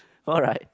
Alright